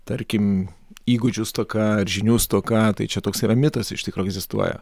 tarkim įgūdžių stoka ar žinių stoka tai čia toks yra mitas iš tikro egzistuoja